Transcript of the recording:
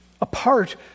Apart